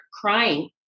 crying